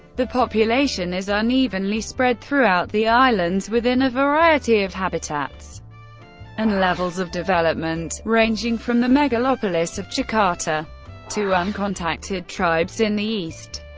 the population is unevenly spread throughout the islands within a variety of habitats and levels of development, ranging from the megalopolis of jakarta to uncontacted tribes in the east.